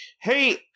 hey